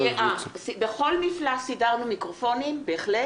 בכל מפלס סידרנו מיקרופונים, בהחלט